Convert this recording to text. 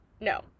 no